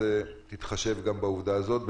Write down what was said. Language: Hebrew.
תתחשב גם בעובדה הזאת.